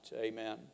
Amen